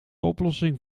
oplossing